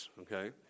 okay